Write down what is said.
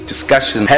discussion